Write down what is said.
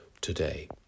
today